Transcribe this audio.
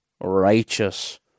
righteous